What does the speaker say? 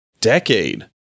decade